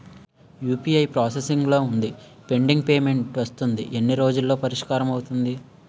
UPI process లో వుందిపెండింగ్ payment వస్తుంది ఎన్ని రోజుల్లో పరిష్కారం అవుతుంది